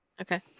Okay